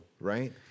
right